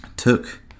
Took